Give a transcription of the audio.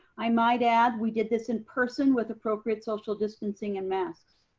i might add, we did this in person with appropriate social distancing and masks.